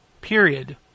Period